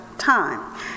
time